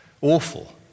Awful